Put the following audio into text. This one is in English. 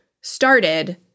started